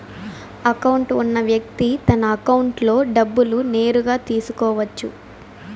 account ఉన్న వ్యక్తి తన అకౌంట్లో డబ్బులు నేరుగా తీసుకోవచ్చు